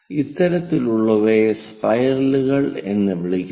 ഇത്തരത്തിലുള്ളവയെ സ്പൈറലുകൾ എന്ന് വിളിക്കുന്നു